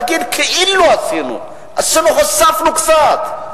להגיד: כאילו עשינו, אפילו הוספנו קצת.